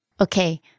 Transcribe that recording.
Okay